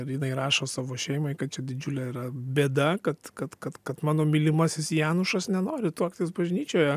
ir jinai rašo savo šeimai kad čia didžiulė bėda kad kad kad kad mano mylimasis janušas nenori tuoktis bažnyčioje